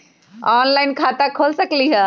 Online खाता खोल सकलीह?